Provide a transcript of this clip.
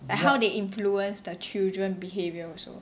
like how they influence the children's behaviour also